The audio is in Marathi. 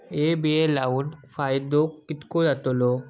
हे बिये लाऊन फायदो कितको जातलो?